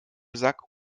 sack